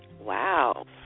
Wow